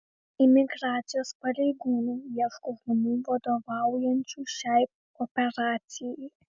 imigracijos pareigūnai ieško žmonių vadovaujančių šiai operacijai